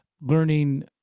learning